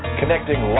connecting